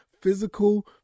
physical